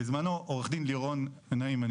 עו"ד לירון נעים,